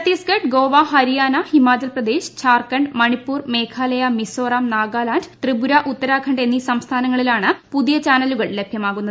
ചത്തീസ്ഗഢ് ഗ്രോപ്പ ് ഹരിയാന ഹിമാചൽ പ്രദേശ് ഝാർഖണ്ഡ് മണിപ്പൂർ മേഘാലയ മിസോറാം നാഗാലാന്റ് ത്രിപുര ഉത്തൂർടൂഖിണ്ഡ് എന്നീ സംസ്ഥാനങ്ങളിലാണ് പുതിയ ചാനലുകൾ ലൂഭ്യമാകുന്നത്